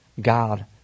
God